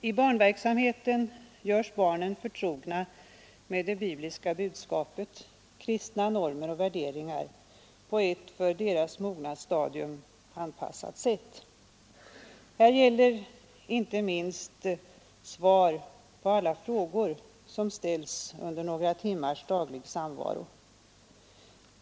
I barnverksamheten görs barnen förtrogna med det bibliska budskapet, kristna normer och värderingar på ett för deras mognadsstadium anpassat sätt. Här gäller inte minst svar på alla frågor som ställs under några timmars daglig samvaro.